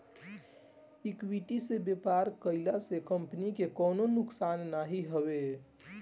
equity से व्यापार कईला से कंपनी के कवनो नुकसान नाइ हवे